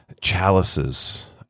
chalices